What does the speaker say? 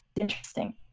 interesting